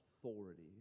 authority